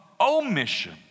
omission